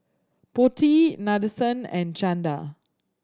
Potti Nadesan and Chanda